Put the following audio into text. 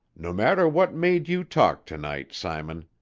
no matter what made you talk to-night, simon,